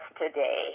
today